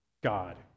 God